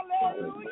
Hallelujah